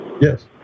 Yes